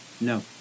No